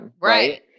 right